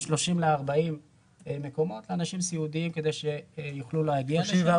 30 ל-40 מקומות לאנשים סיעודיים כדי שיוכלו להגיע לשם.